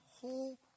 whole